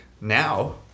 now